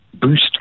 Boost